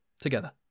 Together